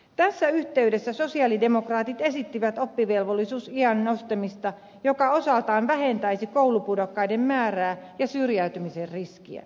tässä yh teydessä sosialidemokraatit esittivät oppivelvollisuusiän nostamista joka osaltaan vähentäisi koulupudokkaiden määrää ja syrjäytymisen riskiä